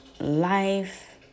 life